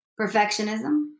Perfectionism